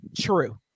true